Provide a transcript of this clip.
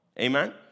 Amen